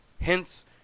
Hence